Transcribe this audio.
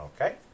Okay